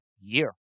year